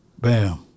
Bam